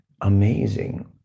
amazing